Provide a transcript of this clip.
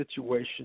situation